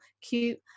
cute